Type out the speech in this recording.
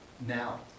Now